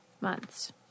months